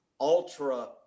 ultra